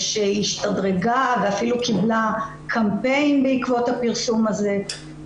שהיא השתדרגה ואפילו קיבלה קמפיין בעקבות הפרסום הזה.